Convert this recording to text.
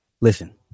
Listen